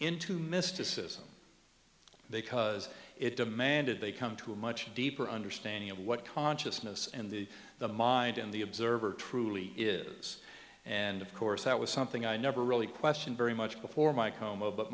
into mysticism they cuz it demanded they come to a much deeper understanding of what consciousness and the the mind in the observer truly is and of course that was something i never really questioned very much before my coma but